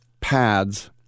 pads